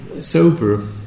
sober